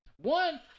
One